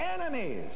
enemies